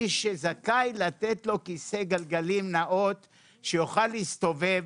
מי שזכאי, לתת לו כיסא גלגלים נאות שיוכל להסתובב.